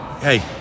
hey